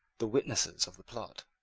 the witnesses of the plot.